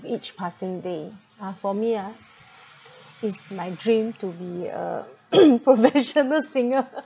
each passing day uh for me ah is my dream to be a professional singer